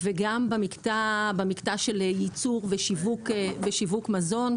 וגם במקטע של ייצור ושיווק מזון,